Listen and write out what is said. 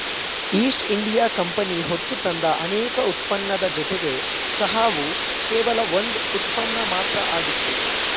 East India company ಹೊತ್ತುತಂದ ಅನೇಕ ಉತ್ಪನ್ನದ್ ಜೊತೆ ಚಹಾವು ಕೇವಲ ಒಂದ್ ಉತ್ಪನ್ನ ಮಾತ್ರ ಆಗಿತ್ತು